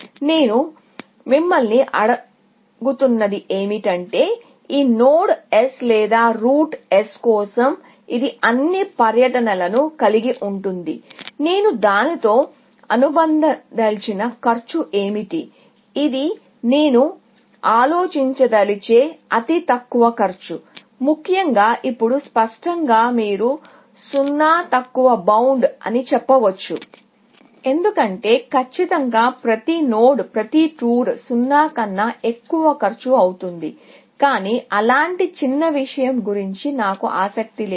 నేను మిమ్మల్ని అడుగుతున్నది ఏమిటంటే ఈ నోడ్ S లేదా రూట్ S కోసం ఇది అన్ని పర్యటనలను కలిగి ఉంటుంది నేను దానితో అనుబంధించదలిచిన కాస్ట్ ఏమిటి ఇది నేను ఆలోచించగలిగే అతి తక్కువ కాస్ట్ ముఖ్యంగా ఇప్పుడు స్పష్టంగా మీరు 0 తక్కువ బౌండ్ అని చెప్పవచ్చు ఎందుకంటే ఖచ్చితంగా ప్రతి నోడ్ ప్రతి టూర్ 0 కన్నా ఎక్కువ కాస్ట్ అవుతుంది కానీ అలాంటి చిన్నవిషయం గురించి నాకు ఆసక్తి లేదు